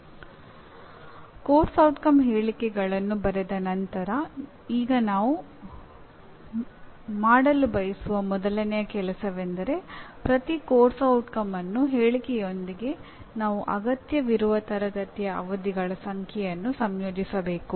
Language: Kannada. ಪಠ್ಯಕ್ರಮದ ಪರಿಣಾಮಗಳ ಹೇಳಿಕೆಗಳನ್ನು ಬರೆದ ನಂತರಈಗ ನಾವು ಮಾಡಲು ಬಯಸುವ ಮೊದಲನೆಯ ಕೆಲಸವೆಂದರೆ ಪ್ರತಿ ಪಠ್ಯಕ್ರಮದ ಪರಿಣಾಮದ ಹೇಳಿಕೆಯೊಂದಿಗೆ ನಾವು ಅಗತ್ಯವಿರುವ ತರಗತಿಯ ಅವಧಿಗಳ ಸಂಖ್ಯೆಯನ್ನು ಸಂಯೋಜಿಸಬೇಕು